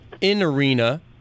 in-arena